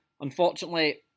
Unfortunately